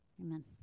amen